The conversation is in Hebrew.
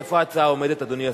איפה ההצעה עומדת, אדוני השר?